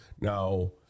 Now